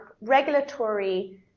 regulatory